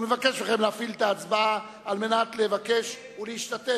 אני מבקש מכם להפעיל את ההצבעה על מנת לבקש ולהשתתף.